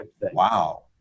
Wow